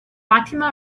fatima